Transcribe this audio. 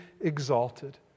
exalted